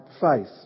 faith